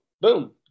boom